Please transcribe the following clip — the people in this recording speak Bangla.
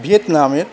ভিয়েতনামের